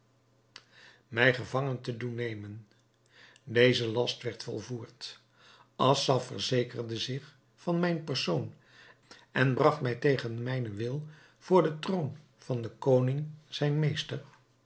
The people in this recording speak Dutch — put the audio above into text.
mij gevangen te doen nemen deze last werd volvoerd assaf verzekerde zich van mijn persoon en bragt mij tegen mijnen wil voor den troon van den koning zijn meester